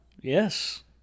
Yes